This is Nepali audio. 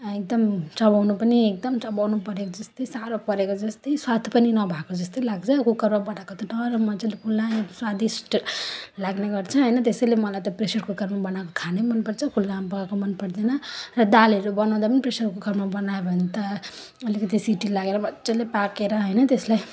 एकदम चबाउनु पनि एकदम चबाउनुपरेको जस्तै साह्रो परेको जस्तै स्वाद पनि नभएको जस्तै लाग्छ कुकरमा पकाएको त नरम मजाले फुलाएर स्वादिष्ट लाग्नेगर्छ होइन त्यसैले मलाई त प्रेसर कुकरमा बनाएको खानै मनपर्छ खुल्लामा पकाएको मनपर्दैन र दालहरू बनाउँदा पनि प्रेसर कुकरमा बनायो भने त अलिकति सिटी लागेर मजाले पाकेर होइन त्यसलाई